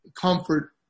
comfort